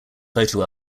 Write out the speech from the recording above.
photo